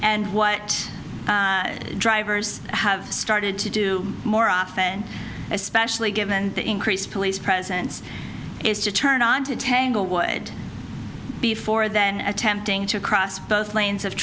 and what drivers have started to do more often especially given the increased police presence is to turn on to tanglewood before then attempting to cross both lanes of